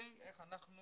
איך אנחנו